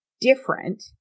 different